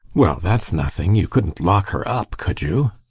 well, that's nothing. you couldn't lock her up, could you?